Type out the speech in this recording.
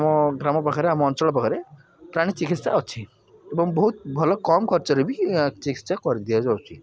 ଆମ ଗ୍ରାମ ପାଖରେ ଆମ ଅଞ୍ଚଳ ପାଖରେ ପ୍ରାଣୀ ଚିକିତ୍ସା ଅଛି ଏବଂ ବହୁତ ଭଲ କମ୍ ଖର୍ଚ୍ଚରେ ବି ଚିକିତ୍ସା କରି ଦିଆଯାଉଛି